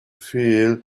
feel